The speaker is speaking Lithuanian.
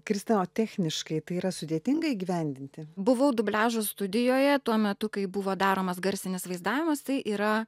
krista o techniškai tai yra sudėtinga įgyvendinti buvau dubliažo studijoje tuo metu kai buvo daromas garsinis vaizdavimas tai yra